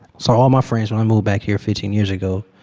so all my friends when i moved back here fifteen years ago,